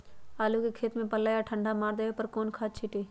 आलू के खेत में पल्ला या ठंडा मार देवे पर कौन खाद छींटी?